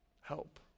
Help